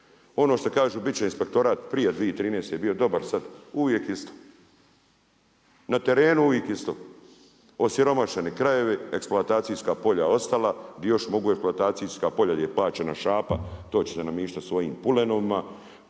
Ono što kažu bit će inspektorat prije 2013. je bio dobar sad uvijek isto, na terenu uvijek isto, osiromašeni krajevi, eksploatacijska polja ostala gdje još mogu eksploatacijska polja jel je plaćena šapa to ćete … svojim pulenovima